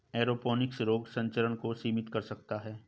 aeroponics रोग संचरण को सीमित कर सकता है